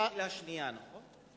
יש שאלה שנייה, נכון?